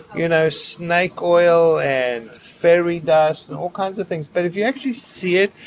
you know, snake oil and fairy dust and all kinds of things. but if you actually see it,